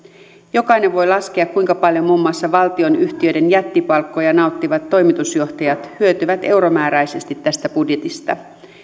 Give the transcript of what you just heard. jokainen voi laskea kuinka paljon muun muassa valtionyhtiöiden jättipalkkoja nauttivat toimitusjohtajat hyötyvät euromääräisesti tästä budjetista